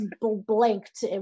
blanked